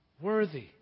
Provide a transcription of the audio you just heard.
worthy